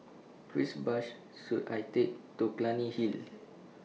Which Bus should I Take to Clunny Hill